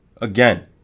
again